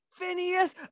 Phineas